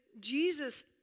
Jesus